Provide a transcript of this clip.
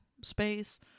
space